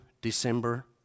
December